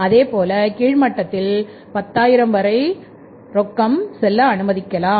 அதேபோல கீழ்மட்டத்தில் 10000 வரை ரொக்கம் செல்ல அனுமதிக்கலாம்